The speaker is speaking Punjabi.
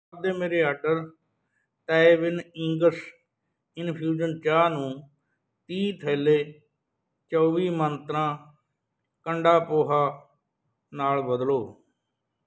ਉਸ ਦੇ ਮੇਰੇ ਆਰਡਰ ਤਾਇਵਿਨਇੰਗਸ ਇਨਫਿਊਜ਼ਨ ਚਾਹ ਨੂੰ ਤੀਹ ਥੈਲੈ ਚੌਵੀ ਮੰਤਰਾਂ ਕਾਂਧਾ ਪੋਹਾ ਨਾਲ ਬਦਲੋ